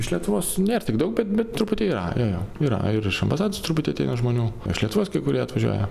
iš lietuvos nėr tiek daug bet bet truputį yra jo jo yra ir iš ambasados truputį žmonių iš lietuvos kai kurie atvažiuoja